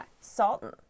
Salton